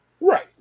Right